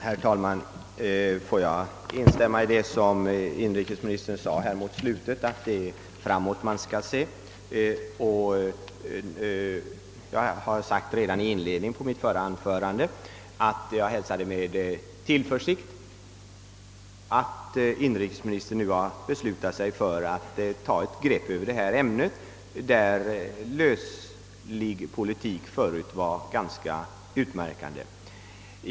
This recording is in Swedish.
Herr talman! Får jag instämma i det som inrikesministern sade i slutet av sitt inlägg, att det är framåt vi skall se. Jag har redan i inledningen till mitt förra anförande sagt att jag hälsar med tillförsikt att inrikesministern nu har beslutat sig för att ta ett grepp på detta ämne, där löslig politik förut var ganska utmärkande.